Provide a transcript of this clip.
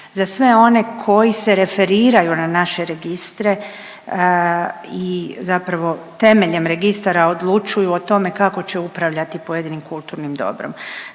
za sve one koji se referiraju na naše registre i zapravo temeljem registara odlučuju o tome kako će upravljati pojedinim kulturnim dobrom.